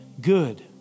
good